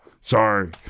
Sorry